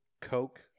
coke